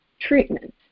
treatment